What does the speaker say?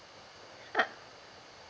uh